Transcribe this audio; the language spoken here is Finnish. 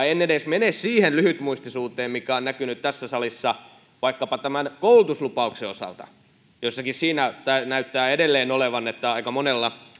en edes mene siihen lyhytmuistisuuteen mikä on näkynyt tässä salissa vaikkapa tämän koulutuslupauksen osalta jotenkin niin tämä näyttää edelleen olevan että aika monella